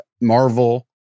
Marvel